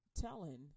telling